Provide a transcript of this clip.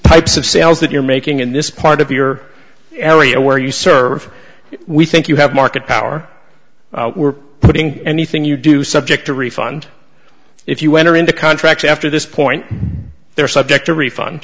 types of sales that you're making in this part of your area where you serve we think you have market power we're putting anything you do subject a refund if you enter into contracts after this point they're subject a refund